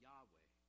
Yahweh